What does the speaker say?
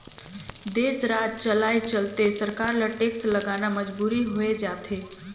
देस, राज चलाए चलते सरकार ल टेक्स लगाना मजबुरी होय जाथे